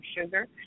sugar